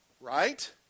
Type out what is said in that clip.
Right